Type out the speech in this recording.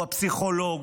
הוא הפסיכולוג,